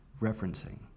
referencing